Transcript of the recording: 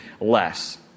less